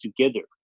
together